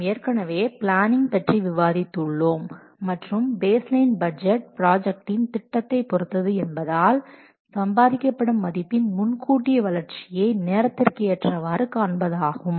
நாம் ஏற்கனவே பிளானிங் பற்றி விவாதித்து உள்ளோம் மற்றும் பேஸ் லைன் பட்ஜெட் பிராஜக்டின் திட்டத்தை பொருத்தது என்பதால் சம்பாதிக்கபடும் மதிப்பின் முன்கூட்டிய வளர்ச்சியை நேரத்திற்கு ஏற்றவாறு காண்பதாகும்